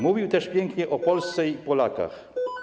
Mówił też pięknie o Polsce i Polakach.